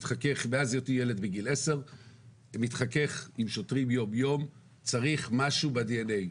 מאז היותי ילד בגיל 10. צריך משהו ב-DNA.